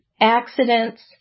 accidents